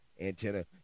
antenna